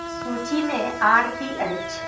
सूचीमे आओर की अछि